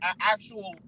actual